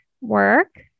work